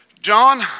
John